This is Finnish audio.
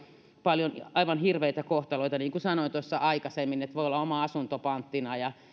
paljon aivan hirveitä kohtaloita niin kuin sanoin tuossa aikaisemmin että voi olla oma asunto panttina ja